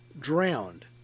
drowned